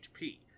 HP